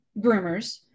groomers